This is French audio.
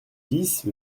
dix